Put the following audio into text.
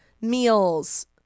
meals